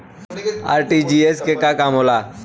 RTGS के का काम होला?